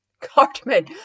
Cartman